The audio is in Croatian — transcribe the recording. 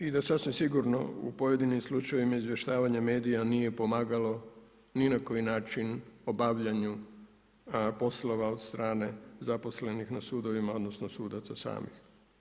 I da sasvim sigurno u pojedinim slučajevima izvještavanje medija nije pomagalo ni na koji način obavljanju poslova od strane zaposlenih na sudovima odnosno sudaca samih.